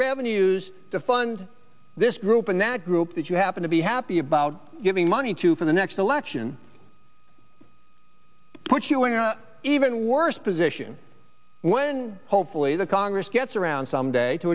revenues to fund this group and that group that you happen to be happy about giving money to for the next election put you in an even worse position when hopefully the congress gets around some day t